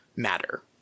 matter